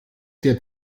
der